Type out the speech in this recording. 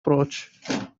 прочь